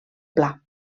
pla